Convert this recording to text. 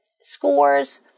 scores